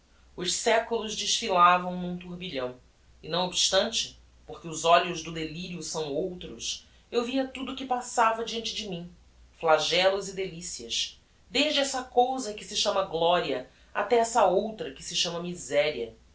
os seculos desfilavam n'um turbilhão e não obstante porque os olhos do delirio são outros eu via tudo o que passava diante de mim flagellos e delicias desde essa cousa que se chama gloria até essa outra que se chama miseria